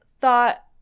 thought